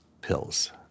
pills